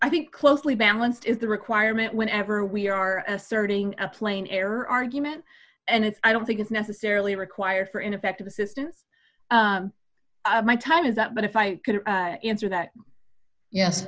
i think closely balanced is the requirement whenever we are asserting a plane error argument and it's i don't think it's necessarily required for ineffective assistance of my time is up but if i could answer that yes